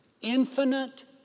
infinite